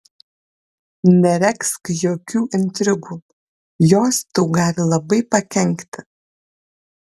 neregzk jokių intrigų jos tau gali labai pakenkti